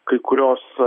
kai kurios